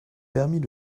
permit